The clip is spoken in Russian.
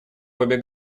обе